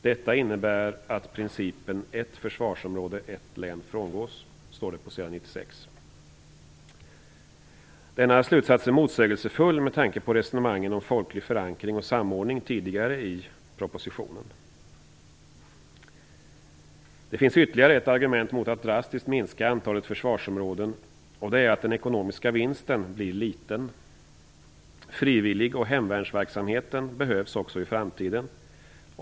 Detta innebär att principen ett försvarsområde ett län frångås." Så står det på s. 96. Denna slutsats är motsägelsefull med tanke på resonemangen om folklig förankring och samordning tidigare i propositionen. Det finns ytterligare ett argument mot att drastiskt minska antalet försvarsområden, och det är att den ekonomiska vinsten blir liten. Frivillig och hemvärnsverksamheten behövs också i framtiden.